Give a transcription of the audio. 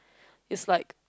it's like